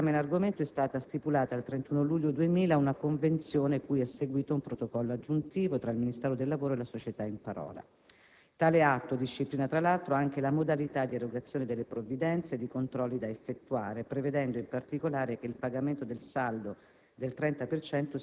Per la realizzazione del programma in argomento è stata stipulata, il 31 luglio 2000, una convenzione (cui è seguìto un protocollo aggiuntivo) tra il Ministero del lavoro e la società in parola. Tale atto disciplina, tra l'altro, anche le modalità di erogazione delle provvidenze ed i controlli da effettuare, prevedendo, in particolare, che il pagamento del saldo